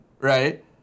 right